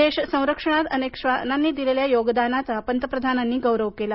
देशसंरक्षणात अनेक श्वानांनी दिलेल्या योगदानाचा पंतप्रधानांनी गौरव केला